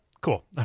Cool